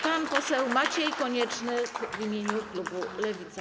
Pan poseł Maciej Konieczny w imieniu klubu Lewica.